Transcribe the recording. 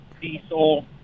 diesel